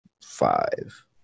five